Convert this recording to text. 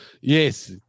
yes